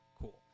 cool